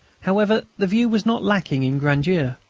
however, the view was not lacking in grandeur.